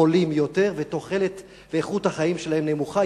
חולים יותר, ואיכות החיים שלהם נמוכה.